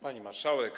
Pani Marszałek!